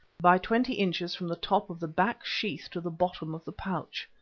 by twenty inches from the top of the back sheath to the bottom of the pouch.